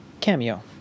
cameo